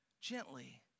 gently